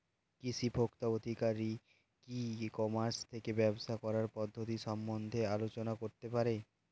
কৃষি ভোক্তা আধিকারিক কি ই কর্মাস থেকে ব্যবসা করার পদ্ধতি সম্বন্ধে আলোচনা করতে পারে?